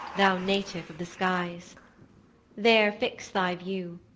thou native of the skies there fix thy view,